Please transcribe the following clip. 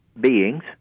beings